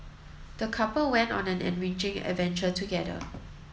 the couple went on an enriching adventure together